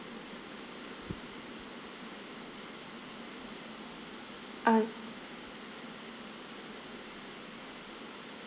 uh